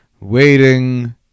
waiting